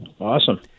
awesome